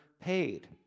paid